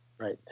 Right